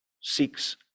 seeks